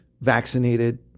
vaccinated